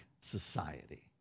society